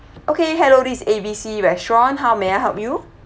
okay hello this is A B C restaurant how may I help you